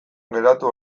geratu